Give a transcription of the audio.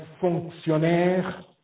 fonctionnaire